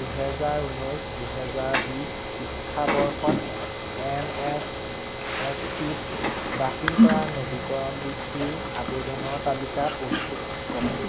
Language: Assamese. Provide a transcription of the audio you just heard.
দুহেজাৰ ঊনৈছ দুহেজাৰ বিছ শিক্ষাবৰ্ষত এন এছ পি ত দাখিল কৰা নবীকৰণ বৃত্তিৰ আবেদনৰ তালিকা প্ৰস্তুত কৰক